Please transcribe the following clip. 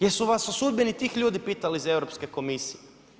Jesu li vas o sudbini tih ljudi pitali iz Europske komisije?